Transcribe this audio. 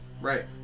right